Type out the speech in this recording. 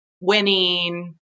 winning